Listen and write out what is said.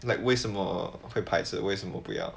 like 为什么会排斥为什么不要